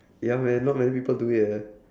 ya man not many people do it eh